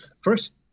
first